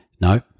No